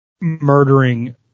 murdering